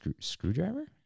Screwdriver